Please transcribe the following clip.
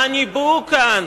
מה ניבאו כאן,